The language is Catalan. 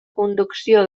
conducció